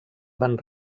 van